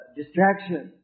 distraction